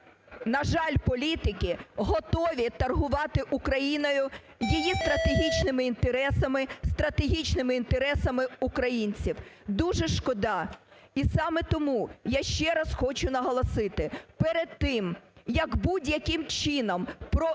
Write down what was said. на жаль, політики готові торгувати Україною, її стратегічними інтересами, стратегічними інтересами українців, дуже шкода. І саме тому я ще раз хочу наголосити, перед тим, як будь-яким чином